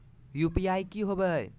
UPI की होवे हय?